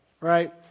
right